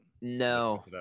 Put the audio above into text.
No